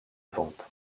vente